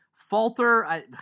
Falter